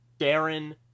Darren